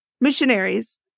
Missionaries